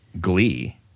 glee